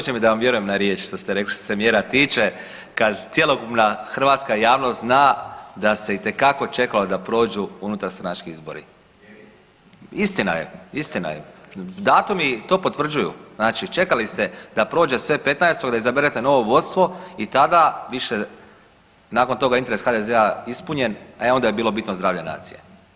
Dođe mi da vam vjerujem na riječ što se rekli što se mjera tiče kad cjelokupna hrvatska javnost zna da se itekako čekalo da prođu unutarstranački izbori [[Upadica iz klupe: Nije istina]] Istina je, istina je, datumi to potvrđuju, znači čekali ste da prođe sve 15., da izaberete novo vodstvo i tada više, nakon toga je interes HDZ-a ispunjen, e onda je bilo bitno zdravlje nacije.